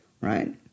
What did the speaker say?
right